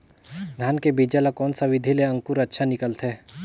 धान के बीजा ला कोन सा विधि ले अंकुर अच्छा निकलथे?